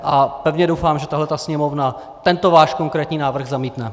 A pevně doufám, že tahle Sněmovna tento váš konkrétní návrh zamítne.